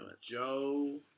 Joe